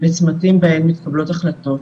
בצמתים בהם מתקבלות החלטות